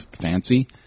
fancy